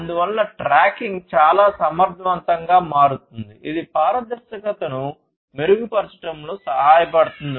అందువల్ల ట్రాకింగ్ చాలా సమర్థవంతంగా మారుతుంది ఇది పారదర్శకతను మెరుగుపరచడంలో సహాయపడుతుంది